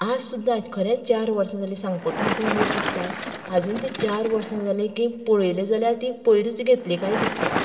आज सुद्दां खरेंच चार वर्सां जाली सांगपाक म्हाका उमेद दिसता आजून ती चार वर्सां जाली की पळयले जाल्यार ती पयरूच घेतली कांय दिसता